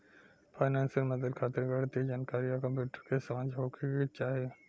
financial मदद खातिर गणितीय जानकारी आ कंप्यूटर के समझ होखे के चाही